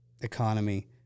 economy